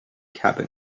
carbon